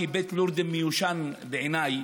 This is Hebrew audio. שהיא בית לורדים מיושן בעיניי,